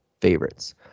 favorites